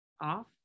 off